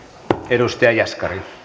arvoisa